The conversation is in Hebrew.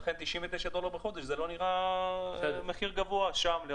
ולכן 99 דולר לחודש זה לא נראה שם מחיר גבוה.